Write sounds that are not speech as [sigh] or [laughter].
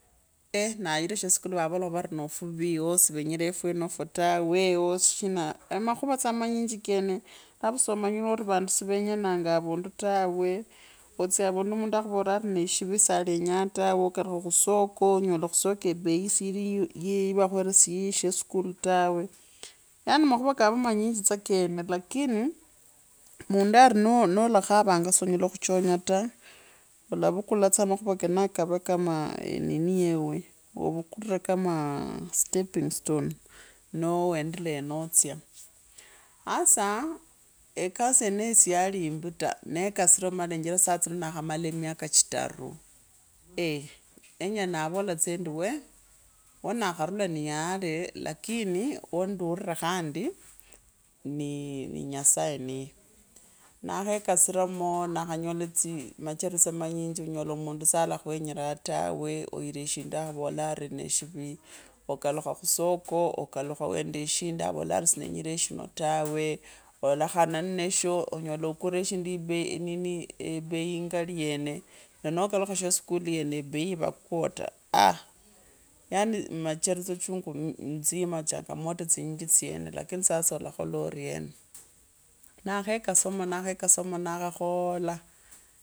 [hesitation] nayira sheskulu vaavola vari no vuvii ooh siveenjiree fwenofo tawe ooh. shina makhuva tsa amanyinji kene alafu tsoneanjire orii si vanduu si veenyananga avundu tawe otsya haundu mundu akhuvora ari neeshivi saa lenyaa tawe ukalukha khusoko onyola khusoko ebei siri ya vakhuweresye sheskulu tawe yaani makhuva kava tsa manyinji tsa kene lakini mu muundu ari nolakhavanga so nyela khuchonya taa olavukula tse amakhuva kenako kave kamaa enini yo weuwe. ovukure kama stepping stone noo wendelee nostya hasa ekasi yene yo sya liimbi ta lenjera sahi nakhekasirsmo nambere na miaka chitaru, [hesitation] enyela navola tsa endi wee wanakharula ni yale lakini wanduure khandi nii nyasaye mwene. nakhekasasiramo nakhanyola tsi macharitso tsa manyinji unola muundu sala khwenyiraa tawe wrishindu akhuuvora ori neeshiri okalukha khusoko okalukha wendeshindi avolari sininyiree shino tawe ulekhane nnasho unyola shindu ukuree ibei eei yingali yene na no khalukha sheskulu naye ne bei yava kwota. aah yaani machasitso chugu nzi mmh nzima changamoto tsinyinji tseyene lakini sasa olakholara oriena naa khekasamo nakhakhola.